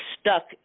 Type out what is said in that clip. stuck